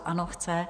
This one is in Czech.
Ano, chce.